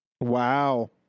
Wow